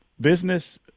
business